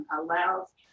allows